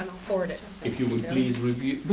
forward it. if you would please review.